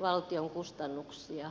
valtion kustannuksia